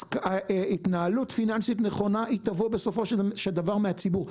אז התנהלות פיננסית נכונה היא תבוא בסופו של דבר מהציבור.